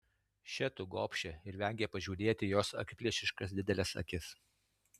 še tu gobše ir vengė pažiūrėti į jos akiplėšiškas dideles akis